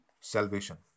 salvation